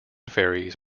ferries